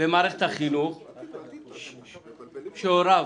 שהוריו